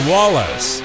Wallace